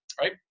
right